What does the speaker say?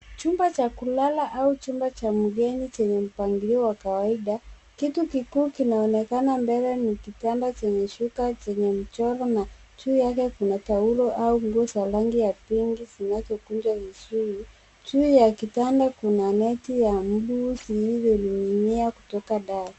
Chumba cha kulala au chumba cha mgeni chenye mpangilio wa kawaida, kitu kikiwa kinaonekana mbele ya kitanda chenye shuka na mchoro na juu yake kuna taulo au nguo za rangi ya pinki zinazokunjwa vizuri. Juu ya kitanda kuna neti ya mbu zilizoning'inia kutoka dari.